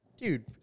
Dude